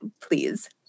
please